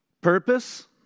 purpose